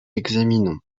examinons